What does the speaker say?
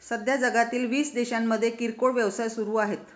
सध्या जगातील वीस देशांमध्ये किरकोळ व्यवसाय सुरू आहेत